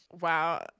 Wow